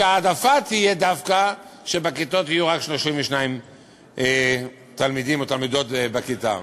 ההעדפה תהיה דווקא שיהיו רק 32 תלמידים או תלמידות בכיתה.